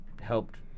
helped